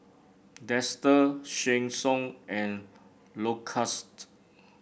Dester Sheng Siong and Lacoste